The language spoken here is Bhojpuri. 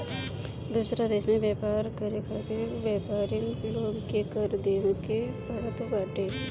दूसरा देस में व्यापार करे खातिर व्यापरिन लोग के कर देवे के पड़त बाटे